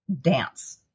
dance